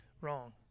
wrong